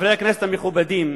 חברי הכנסת המכובדים,